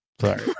sorry